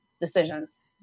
decisions